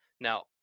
Now